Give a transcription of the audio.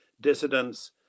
dissidents